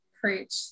preach